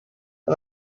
and